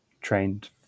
trained